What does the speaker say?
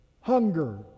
hunger